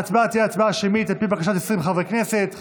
התקבלה בקריאה המוקדמת ותעבור לוועדה,